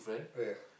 yeah